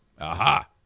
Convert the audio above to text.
Aha